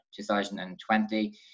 2020